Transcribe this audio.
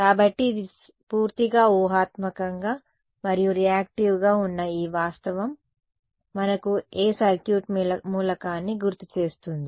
కాబట్టి ఇది పూర్తిగా ఊహాత్మకంగా మరియు రియాక్టివ్గా ఉన్న ఈ వాస్తవం మనకు ఏ సర్క్యూట్ మూలకాన్ని గుర్తు చేస్తుంది